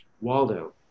Waldo